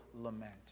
lament